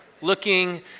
looking